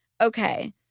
Okay